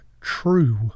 true